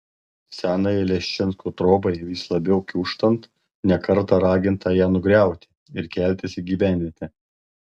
senajai leščinskų trobai vis labiau kiūžtant ne kartą raginta ją nugriauti ir keltis į gyvenvietę